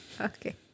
Okay